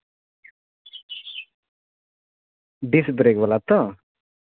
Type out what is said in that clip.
dish brake ᱵᱟᱞᱟ ᱛᱚ